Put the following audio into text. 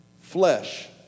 flesh